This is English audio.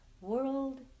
world